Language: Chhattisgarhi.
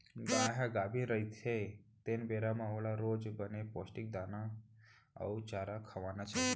गाय ह गाभिन रहिथे तेन बेरा म ओला रोज बने पोस्टिक दाना अउ चारा खवाना चाही